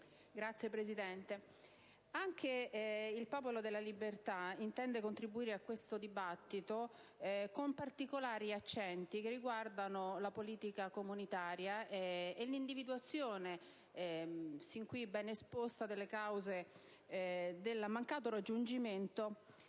Signora Presidente, anche il Popolo della Libertà intende contribuire a questo dibattito con particolari accenti che riguardano la politica comunitaria e l'individuazione, sin qui ben esposta, delle cause del mancato raggiungimento